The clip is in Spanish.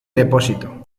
depósito